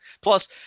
Plus